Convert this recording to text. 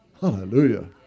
Hallelujah